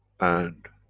and